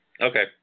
Okay